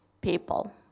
people